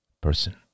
person